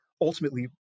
ultimately